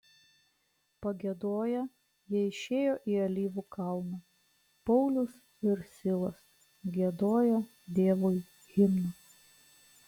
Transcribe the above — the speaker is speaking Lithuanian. pagiedoję jie išėjo į alyvų kalną paulius ir silas giedojo dievui himną